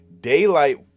daylight